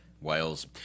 Wales